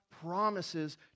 promises